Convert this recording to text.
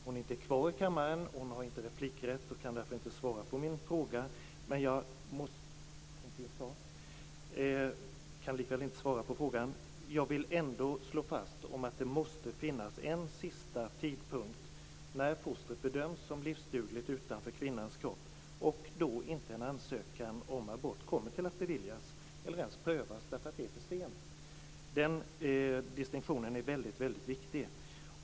Hon har inte replikrätt i denna debatt och kan därför inte svara på min fråga, men jag vill ändå slå fast att det måste finnas en sista tidpunkt när fostret bedöms som livsdugligt utanför kvinnans kropp och då inte en ansökan om abort kommer att beviljas eller ens prövas, därför att det är för sent. Den distinktionen är väldigt viktig.